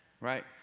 right